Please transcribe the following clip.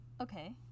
Okay